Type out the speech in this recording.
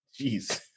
Jeez